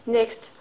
Next